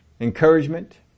encouragement